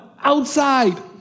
Outside